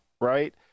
right